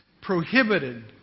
prohibited